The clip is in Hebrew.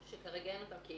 שכרגע אין אותן.